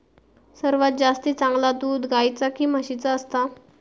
सर्वात जास्ती चांगला दूध गाईचा की म्हशीचा असता?